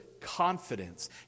confidence